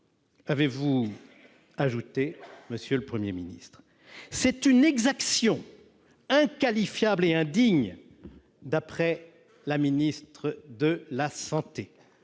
avez-vous ajouté, monsieur le Premier ministre. « C'est une exaction inqualifiable et indigne », a déclaré la ministre de la santé.